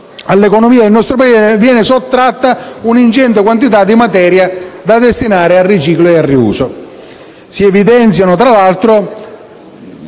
all'economia del nostro Paese viene sottratta una ingente quantità di materia da destinare al riciclo e al riuso.